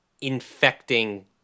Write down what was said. infecting